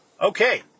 Okay